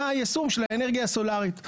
מהיישום של האנרגיה הסולרית.